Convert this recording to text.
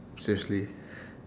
seriously